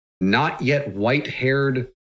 not-yet-white-haired